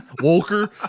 Walker